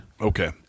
Okay